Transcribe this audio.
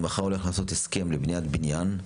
אני מחר הולך לעשות הסכם לבניית בניין,